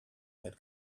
had